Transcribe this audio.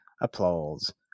applause